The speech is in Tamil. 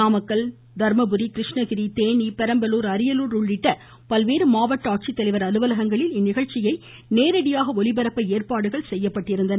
நாமக்கல் தர்மபுரி கிருஷ்ணகிரி தேனி பெரம்பலூர் அரியலூர் உள்ளிட்ட பல்வேறு மாவட்ட ஆட்சித்தலைவர் அலுவலகங்களில் இந்நிகழ்ச்சியை நேரடியாக ஒலிபரப்ப ஏற்பாடுகள் செய்யப்பட்டுள்ளன